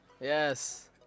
yes